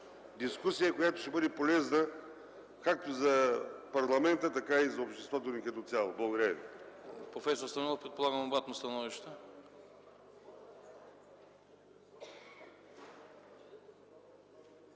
дискусия, която ще бъде полезна както за парламента, така и за обществото ни като цяло. Благодаря.